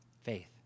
Faith